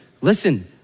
Listen